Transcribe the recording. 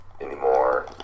anymore